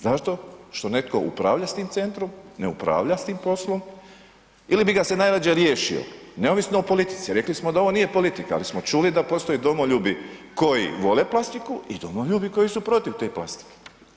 Zbog čega? zato što netko upravlja sa tim centrom, ne upravlja s tim poslom ili bi ga se najradije riješio neovisno o politici, rekli smo da ovo nije politika, ali smo čuli da postoje domoljubi koji vole plastiku i domoljubi koji su protiv te plastike.